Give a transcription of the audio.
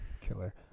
killer